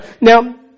now